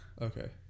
Okay